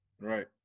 Right